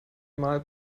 mal